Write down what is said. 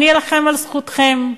אלחם על זכותכם.